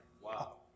Wow